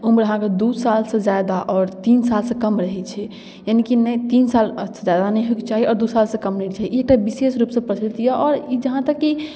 उम्र अहाँके दू सालसँ जादा आओर तीन सालसँ कम रहै छै यानि कि ने तीन सालसँ जादा नहि होइके चाही आओर दू सालसँ कम नहि होइके चाही ई तऽ विशेष रूपसँ प्रचलित यऽ आओर ई जहाँ तक कि